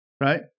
Right